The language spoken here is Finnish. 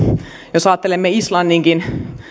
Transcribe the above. jos ajattelemme islanninkin